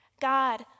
God